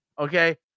okay